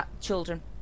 children